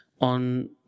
on